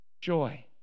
Joy